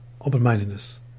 open-mindedness